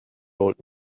old